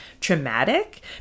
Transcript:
traumatic